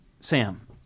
Sam